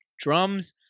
Drums